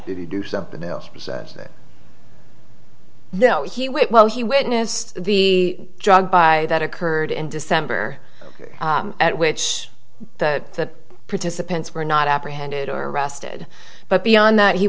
did he do something no no he went well he witnessed the drug by that occurred in december at which the participants were not apprehended or arrested but beyond that he